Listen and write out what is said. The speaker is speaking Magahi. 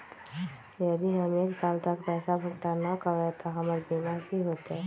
यदि हम एक साल तक पैसा भुगतान न कवै त हमर बीमा के की होतै?